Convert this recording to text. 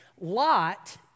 Lot